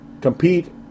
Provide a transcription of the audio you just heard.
compete